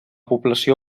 població